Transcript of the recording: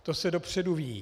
To se dopředu ví.